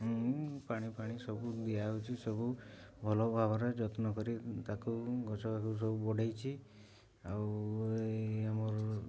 ମୁଁ ପାଣି ପାଣି ସବୁ ଦିଆହେଉଛି ସବୁ ଭଲ ଭାବରେ ଯତ୍ନ କରି ତାକୁ ଗଛ ସବୁ ବଢ଼େଇଛି ଆଉ ଆମର